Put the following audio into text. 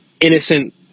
innocent